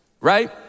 right